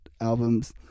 albums